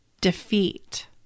defeat